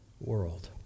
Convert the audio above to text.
world